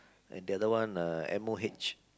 and the other one uh M_O_H